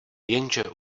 jenže